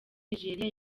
nigeria